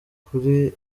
kuri